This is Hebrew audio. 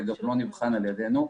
גם לא נבחן על ידינו.